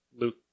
Luke